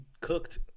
cooked